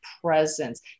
presence